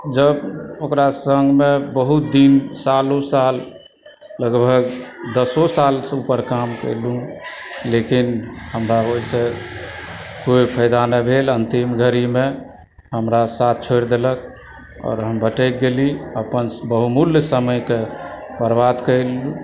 जब ओकरा सङ्गमे बहुत दिन सालो साल लगभग दशो सालसँ ऊपर काम केलहुँ लेकिन हमरा ओहिसँ कोइ फायदा नहि भेल अन्तिम घड़ीमे हमरा साथ छोड़ि देलक आओर हम भटकि गेली अपन बहुमूल्य समयके बर्बाद कयलहुँ